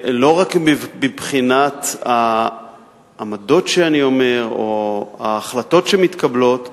לא רק מבחינת העמדות שאני אומר או ההחלטות שמתקבלות,